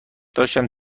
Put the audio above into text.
داشتم